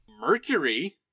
Mercury